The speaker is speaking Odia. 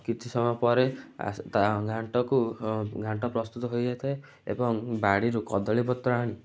କିଛି ସମୟ ପରେ ଆସି ତା ଘାଣ୍ଟକୁ ଘାଣ୍ଟ ପ୍ରସ୍ତୁତ ହୋଇ ଯାଇଥାଏ ଏବଂ ବାଡ଼ିରୁ କଦଳୀ ପତ୍ର ଆଣି